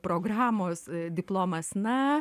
programos diplomas na